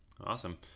Awesome